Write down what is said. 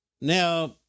Now